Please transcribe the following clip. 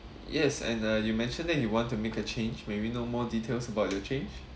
yes and uh you mentioned that you want to make a change may we know more details about your change